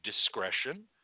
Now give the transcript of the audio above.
discretion